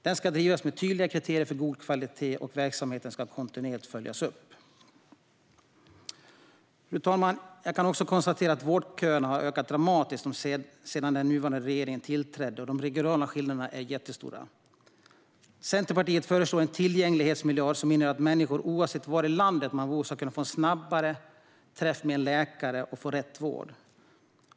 Den ska drivas med tydligare kriterier för god kvalitet, och verksamheten ska följas upp kontinuerligt. Fru talman! Vårdköerna har ökat dramatiskt sedan den nuvarande regeringen tillträdde, och de regionala skillnaderna är jättestora. Centerpartiet föreslår en tillgänglighetsmiljard som innebär att människor oavsett var i landet de bor snabbare ska få träffa en läkare och få rätt vård.